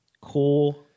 cool